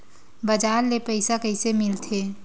बजार ले पईसा कइसे मिलथे?